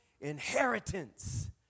inheritance